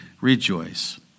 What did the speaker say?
rejoice